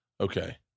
okay